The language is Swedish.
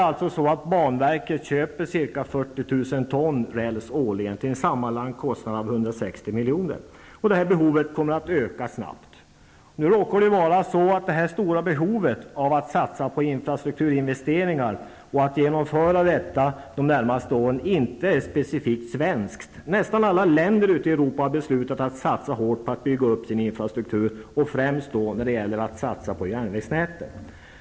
I nuläget köper banverket ca 40 000 ton räls årligen till en kostnad av totalt 160 miljoner. Detta behov kommer att snabbt bli större. Men det här stora behovet av satsningar på investeringar i infrastrukturen och av att detta genomförs under de närmaste åren inte är specifikt för Sverige. Nästan alla länder ute i Europa har beslutat att satsa hårt på en uppbyggnad av infrastrukturen. Främst gäller det då satsningar på järnvägsnätet.